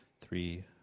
three